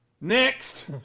next